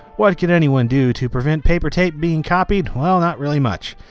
what can anyone do to prevent paper tape being copied? well, not really much.